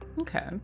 Okay